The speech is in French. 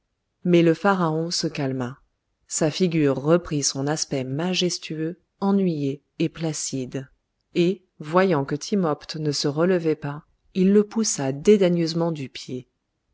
mais le pharaon se calma sa figure reprit son aspect majestueux ennuyé et placide et voyant que timopht ne se relevait pas il le poussa dédaigneusement du pied